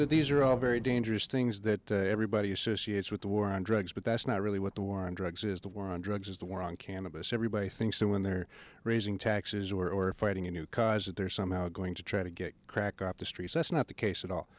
that these are all very dangerous things that everybody associates with the war on drugs but that's not really what the war on drugs is the war on drugs is the war on cannabis everybody thinks so when they're raising taxes or fighting in new cars that they're somehow going to try to get a cracker off the streets that's not the case at all